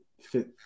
fit